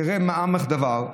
תראה מאי עמא דבר,